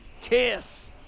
kiss